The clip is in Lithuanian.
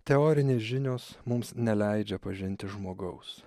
teorinės žinios mums neleidžia pažinti žmogaus